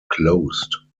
closed